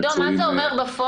עידו, מה זה אומר בפועל?